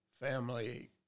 family